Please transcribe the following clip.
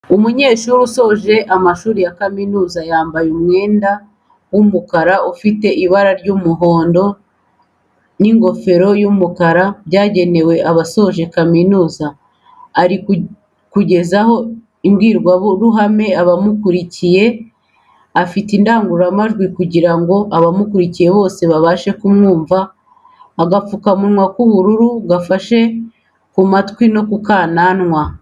Umunyeshuri usoje amashuri ya kaminuza yambaye umwenda w'umukara ufite ibara ry'umuhondo n'ingofero y'umukara byagenewe abasoje kaminuza, ari kugezaho imbwirwaruhame abamukurikiye afite indangururamajwi kugirango abamukurikiye bose babashe kumwumva, agapfukamunwa k'ubururu gafashe ku matwi no ku kananwa